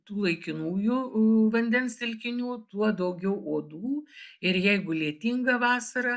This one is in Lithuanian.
tų laikinųjų vandens telkinių tuo daugiau uodų ir jeigu lietinga vasara